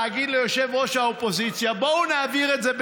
להגיד ליושב-ראש האופוזיציה: בואו נעביר את זה בטרומית?